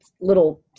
little